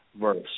verse